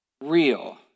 real